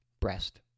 breast